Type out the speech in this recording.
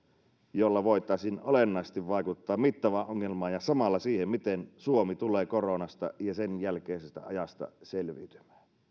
jolla voitaisiin olennaisesti vaikuttaa mittavaan ongelmaan ja samalla siihen miten suomi tulee koronasta ja sen jälkeisestä ajasta selviytymään